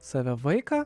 save vaiką